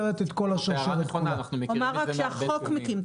בואו נסיים את ההקראה, כי אני צריך לסיים את